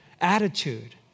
attitude